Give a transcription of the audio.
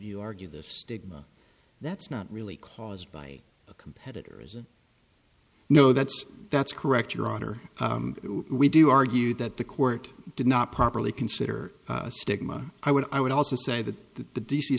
you argue the stigma that's not really caused by a competitor or isn't no that's that's correct your honor we do argue that the court did not properly consider a stigma i would i would also say that the d